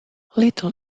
little